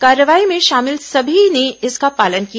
कार्रवाई में शामिल सभी ने इसका पालन किया